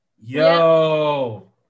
yo